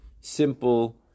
simple